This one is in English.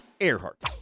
Earhart